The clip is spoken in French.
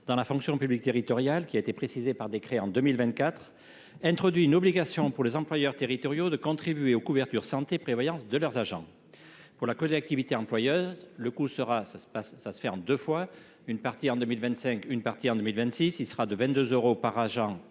dans la fonction publique territoriale, précisée par décret en 2024, introduit une obligation, pour les employeurs territoriaux, de contribuer aux couvertures santé et prévoyance de leurs agents. Pour la collectivité employeuse, le coût sera acquitté en deux fois : en 2025 et en 2026. Il sera de 22 euros par agent